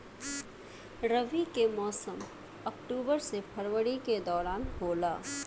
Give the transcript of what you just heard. रबी के मौसम अक्टूबर से फरवरी के दौरान होला